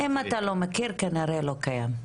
אם אתה לא מכיר, כנראה לא קיים.